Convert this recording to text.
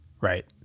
Right